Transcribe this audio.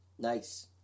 Nice